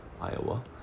Iowa